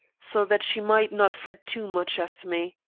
so that she might not fret too much after me.